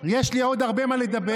יש לי עוד הרבה מה לדבר,